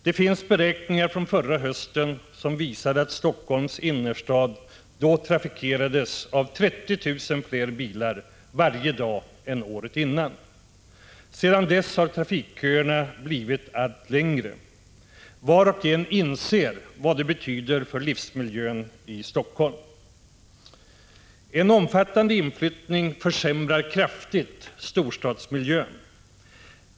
Det finns beräkningar från förra hösten som visar att Helsingforss innerstad då trafikerades av 30 000 fler bilar varje dag än året före. Sedan dess har trafikköerna blivit allt längre. Var och en inser vad det betyder för livsmiljön i Helsingfors. En omfattande inflyttning försämrar kraftigt storstadsmiljön.